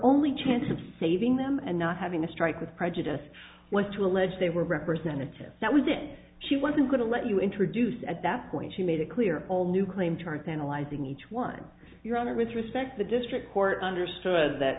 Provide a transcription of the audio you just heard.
only chance of saving them and not having a strike with prejudice was to allege they were representative that was it she wasn't going to let you introduce at that point she made it clear all new claim turns analyzing each one your honor with respect the district court understood that